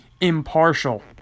impartial